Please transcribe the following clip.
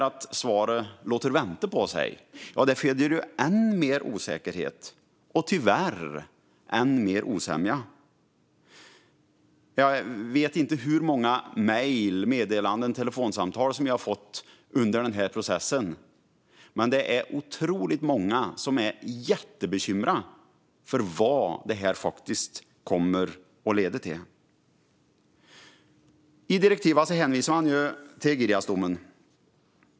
Att svaret låter vänta på sig föder än mer osäkerhet och tyvärr än mer osämja. Jag vet inte hur många mejl, meddelanden och telefonsamtal jag har fått under processen, men det är otroligt många som är oerhört bekymrade över vad detta kommer att leda till. I direktiven hänvisar man till Girjasdomen.